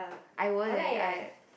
I won't leh I